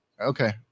okay